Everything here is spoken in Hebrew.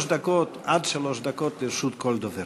עד שלוש דקות לרשות כל דובר.